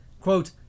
quote